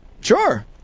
Sure